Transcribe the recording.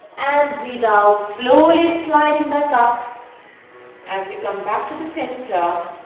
and breathe out slowly sliding back up as we come back to the center